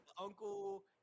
Uncle